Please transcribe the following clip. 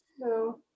No